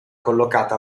collocata